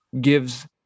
gives